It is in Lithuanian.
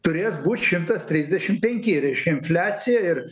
turės būt šimtas trisdešimt penki reiškia infliacija ir